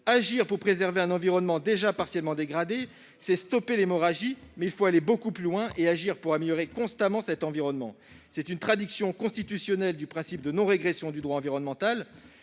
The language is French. Agir pour préserver un environnement déjà partiellement dégradé, c'est stopper l'hémorragie. Toutefois- j'y insiste -, il faut aller beaucoup plus loin et agir pour améliorer constamment l'environnement. C'est une traduction constitutionnelle du principe de non-régression du droit environnemental.